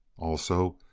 also,